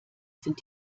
sind